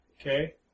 Okay